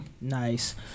nice